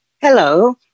Hello